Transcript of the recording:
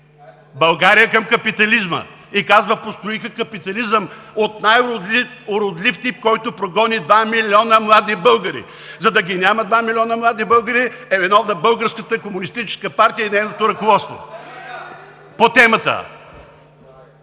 България към капитализма. И казва: „Построиха капитализъм от най-уродлив тип, който прогони два милиона млади българи!“. За да ги няма два милиона млади българи, е виновна Българската комунистическа партия и нейното ръководство! (Шум